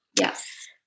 Yes